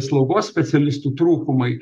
slaugos specialistų trūkumai